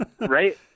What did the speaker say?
right